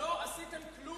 לא עשיתם כלום.